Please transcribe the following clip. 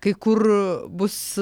kai kur bus